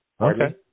Okay